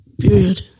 Period